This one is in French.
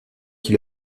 qui